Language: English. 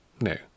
No